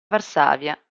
varsavia